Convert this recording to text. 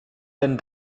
denn